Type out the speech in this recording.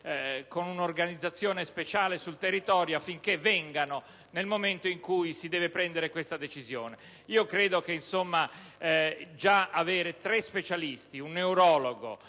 con un'organizzazione speciale sul territorio, affinché vengano nel momento in cui si deve prendere la decisione. Io credo che già avere tre specialisti (un neurologo,